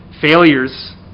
failures